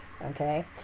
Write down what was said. okay